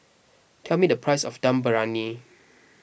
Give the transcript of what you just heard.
tell me the price of Dum Briyani